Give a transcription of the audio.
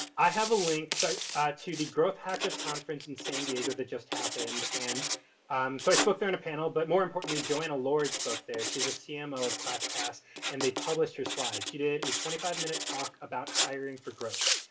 i have a link so ah to the growth hackers conference in san diego that just happened. and so, i spoke there in a panel, but more importantly joanna lord spoke there. she's a cmo of classpass and they published her slides. she did a twenty five minute talk about hiring for growth.